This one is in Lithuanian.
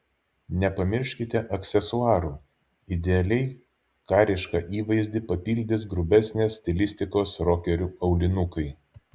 nepamirškite aksesuarų idealiai karišką įvaizdį papildys grubesnės stilistikos rokerių aulinukai